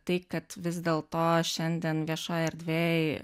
tai kad vis dėlto šiandien viešoj erdvėj